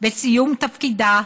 בסיום תפקידה,